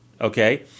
Okay